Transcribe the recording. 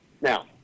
Now-